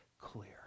clear